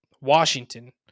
Washington